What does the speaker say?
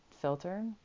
filter